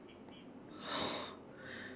oh